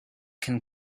can